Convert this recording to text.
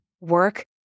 Work